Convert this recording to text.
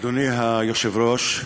אדוני היושב-ראש,